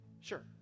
sure